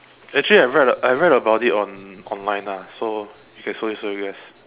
actually I read I read about it on online ah so you can slowly slowly guess